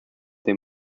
they